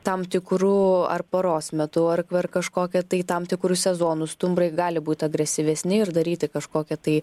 tam tikru ar paros metu ar kvar kažkokiu tai tam tikru sezonu stumbrai gali būti agresyvesni ir daryti kažkokią tai